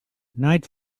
night